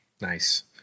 Nice